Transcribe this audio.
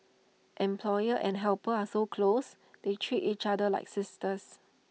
employer and helper are so close they treat each other like sisters